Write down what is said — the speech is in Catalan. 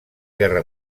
guerra